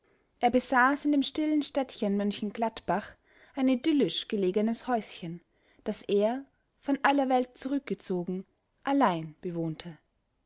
er besaß in dem stillen städtchen m gladbach ein idyllisch belegenes häuschen das er von aller welt zurückgezogen allein bewohnte